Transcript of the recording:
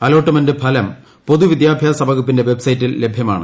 allotment ഫലം പൊതുവിദ്യാഭ്യാസ വകുപ്പിന്റെ വെബ്സൈറ്റിൽ ലഭ്യമാണ്